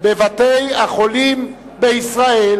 בבתי-החולים בישראל.